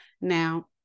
Now